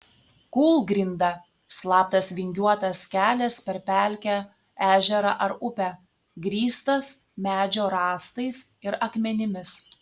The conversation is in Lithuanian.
kūlgrinda slaptas vingiuotas kelias per pelkę ežerą ar upę grįstas medžio rąstais ir akmenimis